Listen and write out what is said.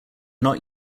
not